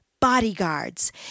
bodyguards